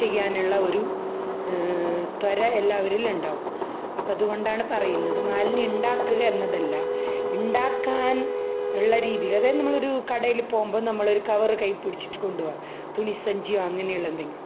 ചെയ്യാനുള്ള ഒരു ത്വര എല്ലാവരിലുമുണ്ടാവും അപ്പോള് അതുകൊണ്ടാണ് പറയുന്നത് മാലിന്യമുണ്ടാക്കുക എന്നതല്ല ഇണ്ടാക്കാൻ ഉള്ള രീതീ അതായത് നമ്മളൊരു കടയില് പോകുമ്പോള് നമ്മള് ഒരു കവര് കയ്യില് പിടിച്ചിട്ട് കൊണ്ടുപോക്വാ തുണിസഞ്ചിയോ അങ്ങനെയുള്ള എന്തെങ്കിലും